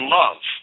love